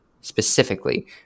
specifically